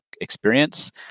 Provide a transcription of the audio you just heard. experience